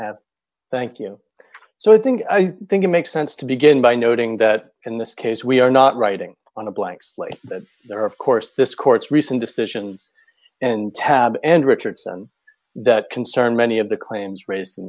ahead thank you so i think i think it makes sense to begin by noting that in this case we are not writing on a blank slate there are of course this court's recent decisions and tab and richardson that concern many of the claims raised in